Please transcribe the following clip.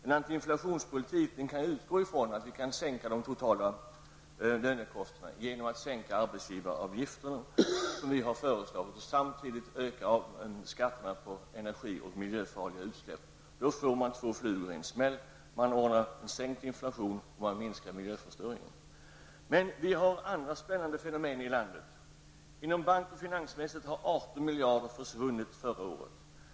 En antiinflationspolitik kan utgå från att vi kan sänka våra totala lönekostnader genom att sänka arbetsgivaravgifterna, som vi har föreslagit, och samtidigt öka skatterna på energi och på miljöfarliga utsläpp. Då slår man två flugor i en smäll. Man ordnar sänkt inflation och minskar miljöförstöringen. Vi har också andra spännande fenomen i landet. Inom bank och finansväsendet har 18 miljarder försvunnit förra året.